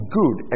good